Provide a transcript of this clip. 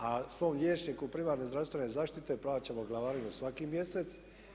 A svom liječniku primarne zdravstvene zaštite plaćamo glavarinu svaki mjesec.